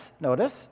notice